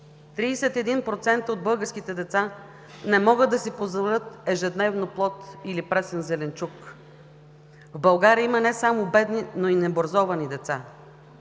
31% от българските деца не могат да си позволят ежедневно плод или пресен зеленчук. В България има не само бедни, но и необразовани деца.